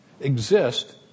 exist